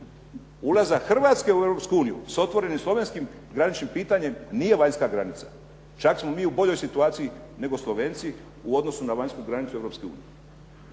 Ulazak Hrvatske u Europsku uniju sa otvorenim slovenskim graničnim pitanjem nije vanjska granica. Čak smo mi u boljoj situaciji nego Slovenci u odnosu na vanjsku granicu